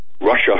Russia